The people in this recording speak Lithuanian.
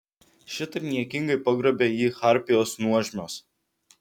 šitaip niekingai pagrobė jį harpijos nuožmios